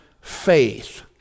faith